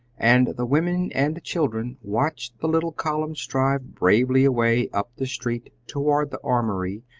and the women and children watched the little column stride bravely away up the street toward the armory,